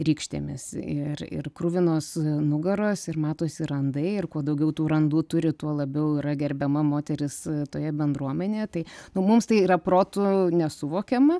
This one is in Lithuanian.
rykštėmis ir ir kruvinos nugaros ir matosi randai ir kuo daugiau tų randų turi tuo labiau yra gerbiama moteris toje bendruomenėje tai nu mums tai yra protu nesuvokiama